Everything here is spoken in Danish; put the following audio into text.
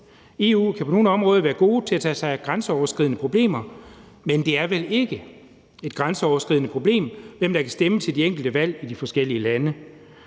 EU kan på nogle områder være gode til at tage sig af grænseoverskridende problemer, men det er vel ikke et grænseoverskridende problem, hvem der kan stemme til de enkelte valg i de forskellige lande.